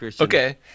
Okay